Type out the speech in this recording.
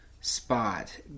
spot